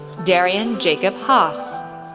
derian jacob haas,